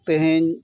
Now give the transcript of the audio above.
ᱛᱮᱦᱮᱧ